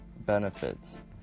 benefits